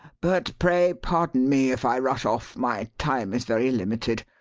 but pray pardon me if i rush off, my time is very limited.